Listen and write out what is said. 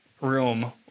room